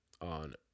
on